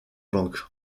bank